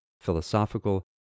philosophical